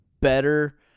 better